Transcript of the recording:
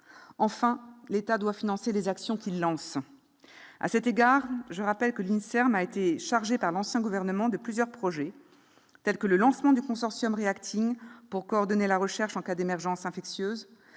Enfin, l'État doit financer les actions qu'il lance. À cet égard, je rappelle que l'INSERM a été chargé par l'ancien gouvernement de plusieurs projets, tels que le lancement du consortium REACTing pour coordonner la recherche en cas d'émergence infectieuse,